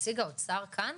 נציג האוצר כאן?